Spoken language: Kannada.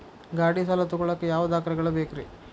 ಗಾಡಿ ಸಾಲ ತಗೋಳಾಕ ಯಾವ ದಾಖಲೆಗಳ ಬೇಕ್ರಿ?